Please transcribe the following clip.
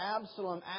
Absalom